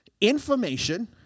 information